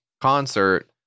concert